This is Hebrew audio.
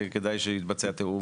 כדאי שיתבצע תיאום.